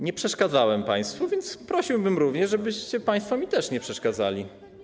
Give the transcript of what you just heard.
Nie przeszkadzałem państwu, więc prosiłbym również, żebyście państwo też mi nie przeszkadzali.